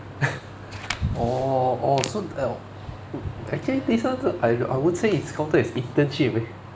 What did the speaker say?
(ppl） orh orh so err actually this one I I won't say it's counted as internship eh